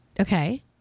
Okay